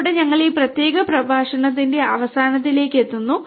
ഇതോടെ ഞങ്ങൾ ഈ പ്രത്യേക പ്രഭാഷണത്തിന്റെ അവസാനത്തിലേക്ക് എത്തുന്നു